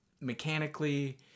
mechanically